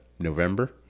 november